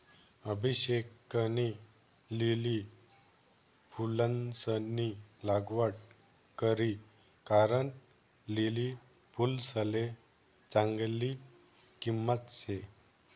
अभिषेकनी लिली फुलंसनी लागवड करी कारण लिली फुलसले चांगली किंमत शे